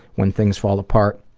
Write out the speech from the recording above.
when things fall apart.